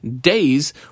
days